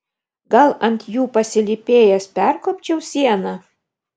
gal ant jų pasilypėjęs perkopčiau sieną